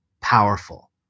powerful